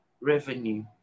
revenue